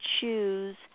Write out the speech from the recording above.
choose